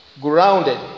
grounded